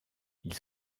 ils